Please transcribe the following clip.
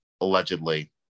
allegedly